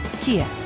Kia